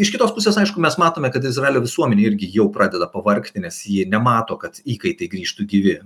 iš kitos pusės aišku mes matome kad izraelio visuomenė irgi jau pradeda pavargti nes ji nemato kad įkaitai grįžtų gyvi